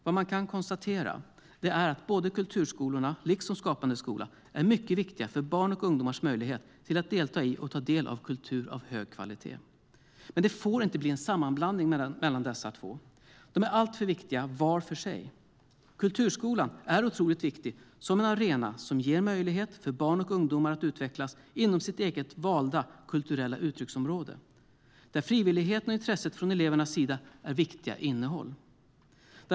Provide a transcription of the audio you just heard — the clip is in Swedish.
Vad man kan konstatera är att både kulturskolorna och Skapande skola är mycket viktiga för barns och ungdomars möjlighet att delta i och ta del av kultur av hög kvalitet. Men det får inte bli en sammanblandning av dessa två. De är alltför viktiga var för sig. Kulturskolan är otroligt viktig som en arena som ger möjlighet för barn och ungdomar att utvecklas inom sitt eget valda kulturella uttrycksområde. Frivilligheten och intresset från elevens sida är viktiga innehåll.